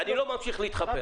אני לא ממשיך להתחפר.